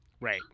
Right